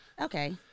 Okay